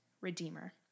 redeemer